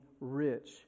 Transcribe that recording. rich